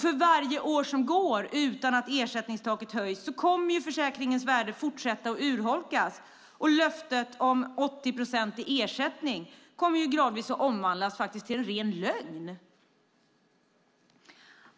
För varje år som går utan att ersättningstaket höjs kommer försäkringens värde att fortsätta att urholkas, och löftet om 80 procent i ersättning kommer gradvis att omvandlas till en ren lögn.